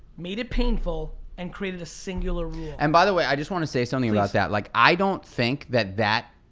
made it painful, and created a singular rule. and by the way i just want to say something about that. like i don't think that that,